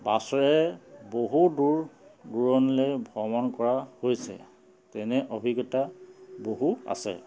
বাছেৰে বহু দূৰ দূৰণলৈ ভ্ৰমণ কৰা হৈছে তেনে অভিজ্ঞতা বহুত আছে